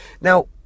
Now